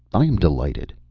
i am delighted.